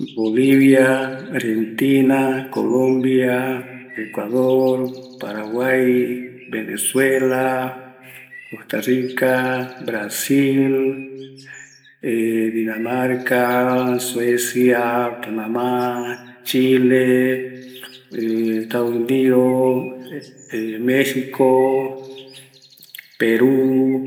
Bolivia, Argentina, Colombia, Ecuador Paraguay, Venezuela Costa Rica, Brasil ˂hesitation˃ Dinamarca Suecia, Panamá, Chile, Estados Unidos, Mexico, Peru